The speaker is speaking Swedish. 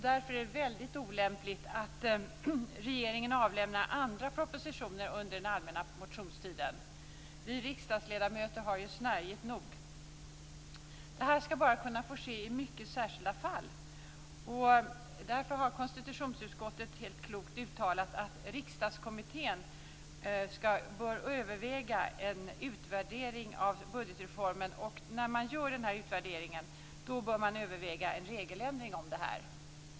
Därför är det mycket olämpligt att regeringen avlämnar andra propositioner under den allmänna motionstiden. Vi riksdagsledamöter har det ju nog snärjigt. Det här skall kunna få ske bara i mycket särskilda fall, och konstitutionsutskottet har därför helt klokt uttalat att Riksdagskommittén i samband med utvärderingen av budgetreformen bör överväga en regeländring på denna punkt.